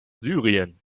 syrien